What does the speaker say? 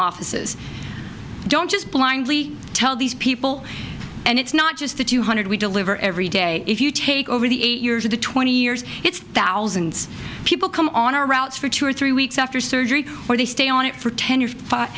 offices don't just blindly tell these people and it's not just the two hundred we deliver every day if you take over the eight years of the twenty years it's thousand people come on our routes for two or three weeks after surgery or they stay on it for ten years